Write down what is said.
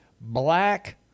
black